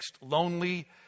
lonely